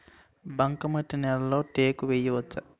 బంకమట్టి నేలలో టేకు వేయవచ్చా?